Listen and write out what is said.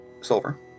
Silver